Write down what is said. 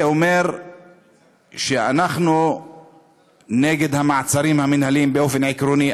זה אומר שאנחנו נגד המעצרים המינהליים באופן עקרוני,